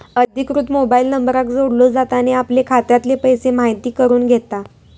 अधिकृत मोबाईल नंबराक जोडलो जाता आणि आपले खात्यातले पैशे म्हायती करून घेता